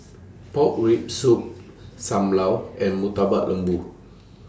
Pork Rib Soup SAM Lau and Murtabak Lembu